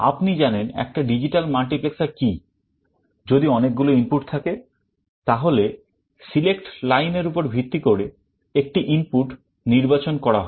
আপনি জানেন একটা digital multiplexer কি যদি অনেকগুলি ইনপুট থাকে তাহলে select line এর উপর ভিত্তি করে একটি ইনপুট নির্বাচন করা হয়